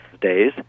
days